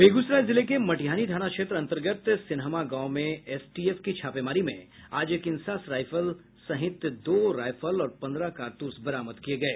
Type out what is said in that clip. बेगूसराय जिले के मटिहानी थाना क्षेत्र अंतर्गत सिन्हमा गांव में एसटीएफ की छापेमारी में आज एक इंसास सहित दो रायफल और पंद्रह कारतूस बरामद किये गये